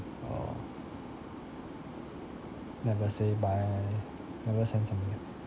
or never say bye never send some mail